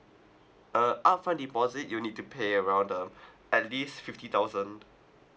uh up front deposit you will need to pay around um at least fifty thousand